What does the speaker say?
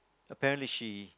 apparently she